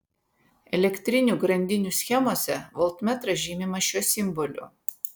elektrinių grandinių schemose voltmetras žymimas šiuo simboliu